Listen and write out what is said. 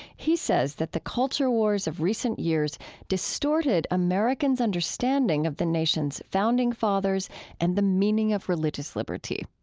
he says that the culture wars of recent years distorted americans' understanding of the nation's founding fathers and the meaning of religious liberty.